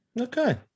Okay